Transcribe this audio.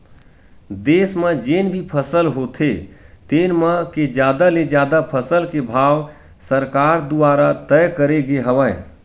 देस म जेन भी फसल होथे तेन म के जादा ले जादा फसल के भाव सरकार दुवारा तय करे गे हवय